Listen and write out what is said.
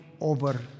over